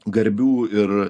garbių ir